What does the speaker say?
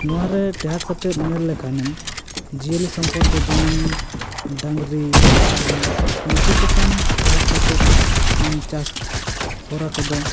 ᱱᱚᱣᱟ ᱨᱮ ᱴᱮᱦᱟᱴ ᱠᱟᱛᱮᱢ ᱧᱮᱞ ᱞᱮᱠᱷᱟᱱᱮᱢ ᱡᱤᱭᱟᱹᱞᱤ ᱥᱚᱢᱯᱚᱛ ᱫᱚ ᱡᱮᱢᱚᱱ ᱰᱟᱹᱝᱨᱤ ᱠᱟᱰᱟ ᱱᱩᱠᱩ ᱪᱮᱛᱟᱱ ᱴᱮᱦᱟᱴ ᱠᱟᱛᱮ ᱪᱟᱥ ᱠᱟᱛᱮ ᱪᱟᱥ ᱦᱚᱨᱟ ᱠᱚᱫᱚ